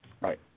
Right